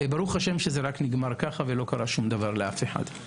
ברוך השם שזה נגמר כך ולא קרה שום דבר לאף אחד.